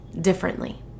differently